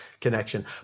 connection